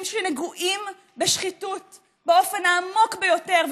שנגועים בשחיתות באופן העמוק ביותר,